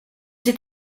cet